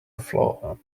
flaw